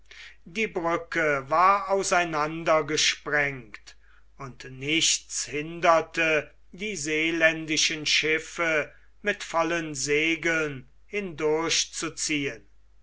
die brücke war auseinander gesprengt und nichts hinderte die seeländischen schiffe mit vollen segeln